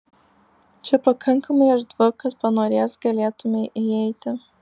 čia pakankamai erdvu kad panorėjęs galėtumei įeiti